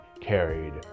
carried